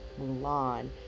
Mulan